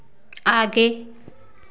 आगे